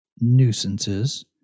nuisances